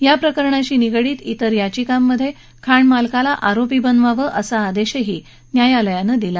या प्रकरणाशी निगडीत तिर याचिकांमध्ये खाणमालकाला आरोपी बनवावं असा आदेशही न्यायालयानं दिला